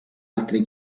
altre